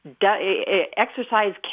exercise